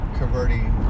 converting